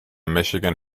michigan